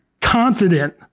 confident